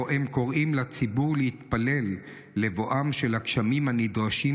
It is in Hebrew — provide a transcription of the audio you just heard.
שבו הם קוראים לציבור להתפלל לבואם של הגשמים הנדרשים,